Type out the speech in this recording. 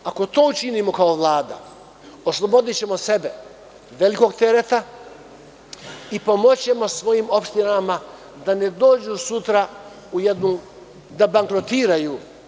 Ako to učinimo kao Vlada, oslobodićemo sebe velikog tereta i pomoći ćemo svojim opštinama da ne dođu sutra, da bankrotiraju.